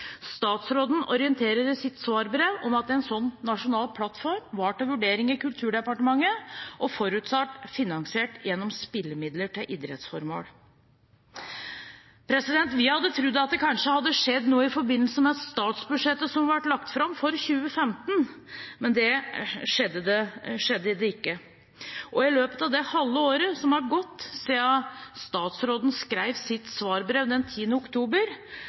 Statsråden orienterer i sitt svarbrev om at en sånn nasjonal plattform var til vurdering i Kulturdepartementet og forutsatt finansiert gjennom spillemidler til idrettsformål. Vi hadde trodd at det kanskje hadde skjedd noe i forbindelse med statsbudsjettet som ble lagt fram for 2015, men det skjedde ikke. I løpet av det halve året som har gått siden statsråden skrev sitt svarbrev den 10. oktober,